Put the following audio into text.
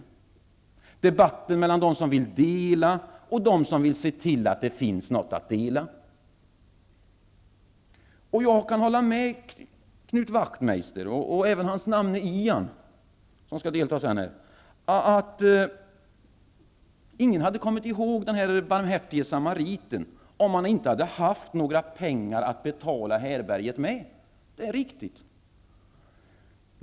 Det är debatten mellan dem som vill dela och dem som vill se till att det finns något att dela. Jag kan hålla med Knut Wachtmeister och även hans namne Ian, som skall delta i debatten, om att ingen hade kommit ihåg den barmhärtige samariten om han inte hade haft några pengar att betala härbärget med. Det är riktigt.